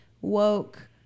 woke